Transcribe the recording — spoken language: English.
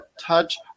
touch